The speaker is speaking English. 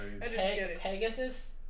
Pegasus